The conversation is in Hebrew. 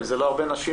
אם אלה לא הרבה נשים,